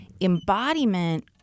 embodiment